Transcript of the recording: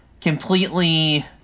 completely